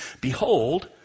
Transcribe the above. Behold